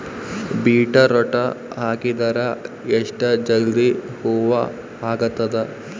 Beetroot ಹಾಕಿದರ ಎಷ್ಟ ಜಲ್ದಿ ಹೂವ ಆಗತದ?